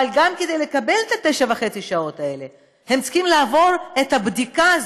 אבל גם כדי לקבל את 9.5 השעות האלה הם צריכים לעבור את הבדיקה הזאת,